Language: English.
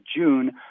June